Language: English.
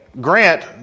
Grant